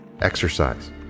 Exercise